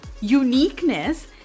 uniqueness